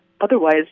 otherwise